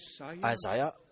Isaiah